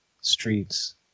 streets